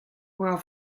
war